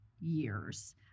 years